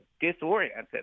disoriented